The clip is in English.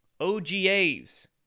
OGA's